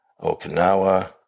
Okinawa